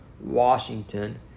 Washington